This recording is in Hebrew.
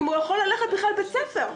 אם הוא יכול ללכת בכלל לבית ספר.